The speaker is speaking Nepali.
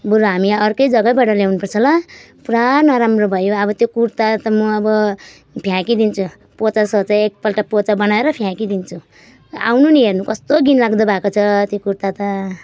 बरु हामी यहाँ अर्कै जग्गाबाट ल्याउनुपर्छ ल पुरा नराम्रो भयो अब त्यो कुर्ता त म अब फ्याँकिदिन्छु पोछासोछा एकपल्ट पोछा बनाएर फ्याँकिदिन्छु आउनु नि हेर्न कस्तो घिन लाग्दो भएको छ त्यो कुर्ता त